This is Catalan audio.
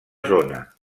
zona